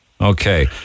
Okay